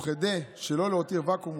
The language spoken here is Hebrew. וכדי שלא להותיר ואקום,